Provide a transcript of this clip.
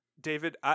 David